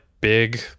big